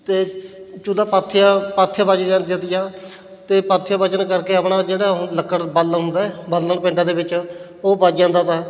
ਅਤੇ ਚੁੱਲ੍ਹਾ ਪਾਥੀਆਂ ਪਾਥੀਆਂ ਬਚ ਜਾਂਦੀਆਂ ਤੀਆਂ ਅਤੇ ਪਾਥੀਆਂ ਬਚਣ ਕਰਕੇ ਆਪਣਾ ਜਿਹੜਾ ਉਹ ਲੱਕੜ ਬਾਲਣ ਹੁੰਦਾ ਹੈ ਬਾਲਣ ਪਿੰਡਾਂ ਦੇ ਵਿੱਚ ਉਹ ਬਚ ਜਾਂਦਾ ਤਾ